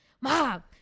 Mom